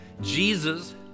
Jesus